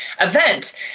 event